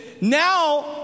now